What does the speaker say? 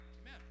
amen